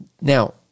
Now